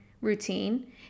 routine